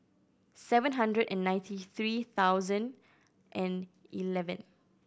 seven hundred and ninety three thousand and eleven